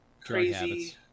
Crazy